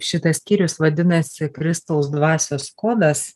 šitas skyrius vadinasi kristaus dvasios kodas